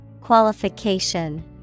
Qualification